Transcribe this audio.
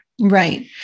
Right